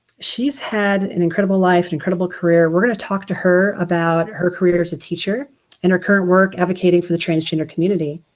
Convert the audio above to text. she's had an incredible life, incredible career. we're gonna talk to her about her career as a teacher and her current work advocating for the transgender community.